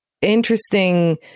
interesting